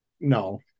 No